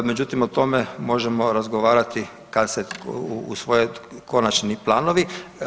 Međutim o tome možemo razgovarati kad se usvoje konačni planovi.